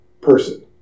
person